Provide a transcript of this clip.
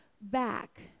back